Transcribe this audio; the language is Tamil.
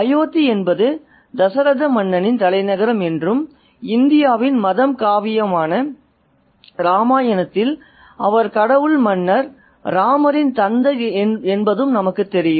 அயோத்தி என்பது தசரத மன்னனின் தலைநகரம் என்றும் இந்தியாவின் மத காவியமான ராமாயணத்தில் அவர் கடவுள் மன்னர் ராமரின் தந்தை என்றும் நமக்குத் தெரியும்